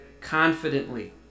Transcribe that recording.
confidently